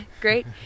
great